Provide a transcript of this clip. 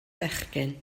fechgyn